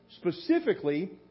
specifically